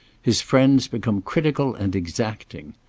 his friends become critical and exacting.